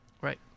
Right